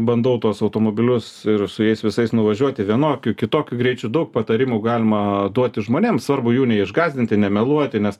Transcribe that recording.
bandau tuos automobilius ir su jais visais nuvažiuoti vienokiu kitokiu greičiu daug patarimų galima duoti žmonėms svarbu jų neišgąsdinti nemeluoti nes